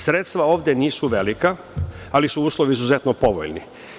Sredstva ovde nisu velika, ali su uslovi izuzetno povoljni.